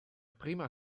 prima